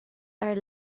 are